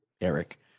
Eric